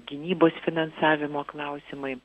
gynybos finansavimo klausimai